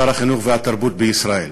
שר החינוך והתרבות בישראל.